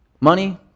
Money